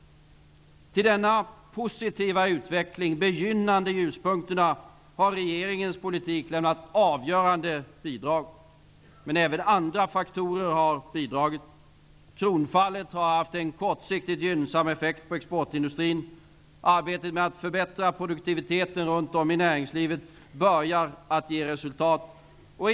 Till denna positiva utveckling, de begynnande ljuspunkterna, har regeringens politik lämnat avgörande bidrag. Men även andra faktorer har bidragit. Kronfallet har haft en kortsiktigt gynnsam effekt på exportindustrin. Arbetet med att förbättra produktiviteten runt om i näringslivet börjar att ge resultat.